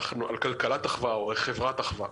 על כלכלת אחווה או חברת אחווה.